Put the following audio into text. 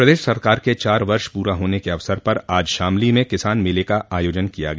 प्रदेश सरकार के चार वर्ष पूरा होने के अवसर पर आज शामली में किसान मेल का आयोजन किया गया